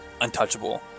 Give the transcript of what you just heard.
untouchable